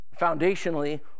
foundationally